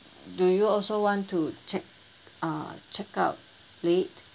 do you also want to check uh check out late